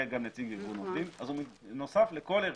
גם נציג ארגון עובדים אז הוא נוסף לכל הרכב,